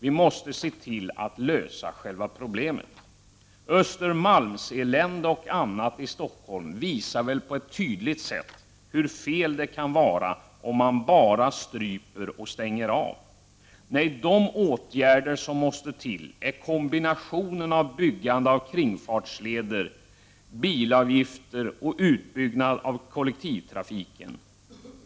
Vi måste i stället se till att själva problemet löses. Östermalmseländet och annat i Stockholm visar väl tydligt hur fel det kan vara att bara strypa och stänga av trafiken. Nej, vad som måste till är en kombination av åtgärder: byggandet av kringfartsleder, bilavgifter och en utbyggnad av kollektivtrafiken.